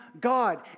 God